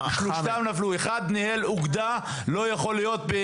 אחד ניהל אוגדה, לא יכול להיות.